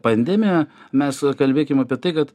bandėme mes kalbėkim apie tai kad